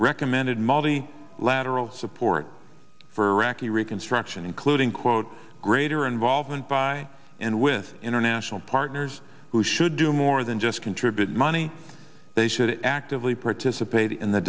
recommended multi lateral support for iraqi reconstruction including quote greater involvement by and with international partners who should do more than just contribute money they should actively participate in the